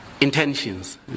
intentions